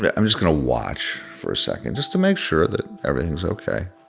yeah i'm just going to watch for a second just to make sure that everything's ok.